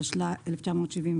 התשל"א-1971,